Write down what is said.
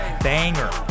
banger